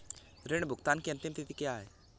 ऋण भुगतान की अंतिम तिथि क्या है?